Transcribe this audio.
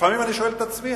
לפעמים אני שואל את עצמי,